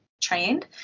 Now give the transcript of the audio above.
trained